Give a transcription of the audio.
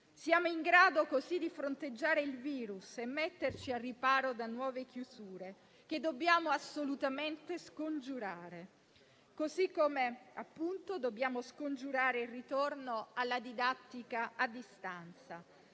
Siamo in grado così di fronteggiare il virus e metterci al riparo da nuove chiusure, che dobbiamo assolutamente scongiurare. Così come dobbiamo scongiurare il ritorno alla didattica a distanza.